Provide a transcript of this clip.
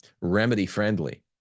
remedy-friendly